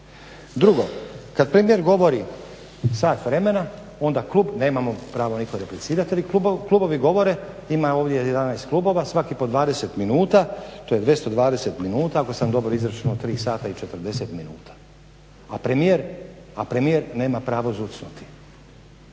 Drugo, kada premijer govori sat vremena onda klub nema mu pravo nitko replicirati, ali klubovi govore ima ovdje 11 klubova svaki po 20 minuta to je 220 minuta ako sam dobro izračunao 3 sata i 40 minuta. A premijer nema pravo zucnuti.